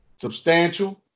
substantial